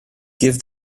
give